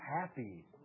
happy